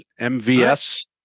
MVS